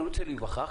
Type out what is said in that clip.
אני רוצה להיווכח